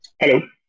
Hello